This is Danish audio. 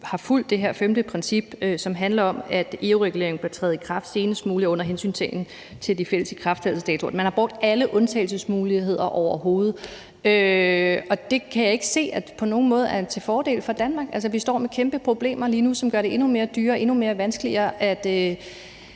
har fulgt det her femte princip, som handler om, at EU-regulering bør træde i kraft senest muligt under hensyntagen til de fælles ikrafttrædelsesdatoer. Man har brugt alle undtagelsesmuligheder overhovedet, og det kan jeg ikke se på nogen måde er til fordel for Danmark. Altså, vi står med kæmpe problemer lige nu, som gør det endnu dyrere og endnu mere vanskeligt at